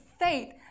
faith